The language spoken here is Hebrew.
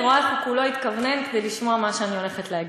אני רואה איך כולו התכוונן כדי לשמוע מה שאני הולכת להגיד.